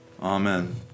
Amen